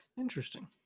Interesting